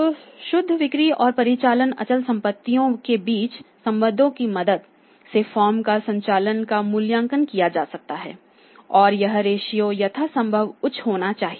तो शुद्ध बिक्री और परिचालन अचल संपत्तियों के बीच संबंधों की मदद से फर्म के संचालन का मूल्यांकन किया जा सकता है और यह रेश्यो यथासंभव उच्च होना चाहिए